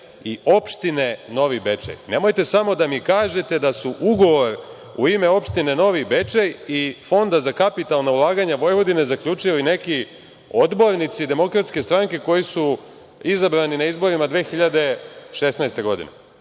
i opštine Novi Bečej. Nemojte samo da mi kažete da su ugovor u ime opštine Novi Bečej i Fonda za kapitalna ulaganja Vojvodine zaključili neki odbornici DS koji su izabrani na izborima 2016. godine.